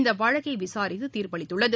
இந்த வழக்கை விசாரித்து தீர்ப்பளித்தது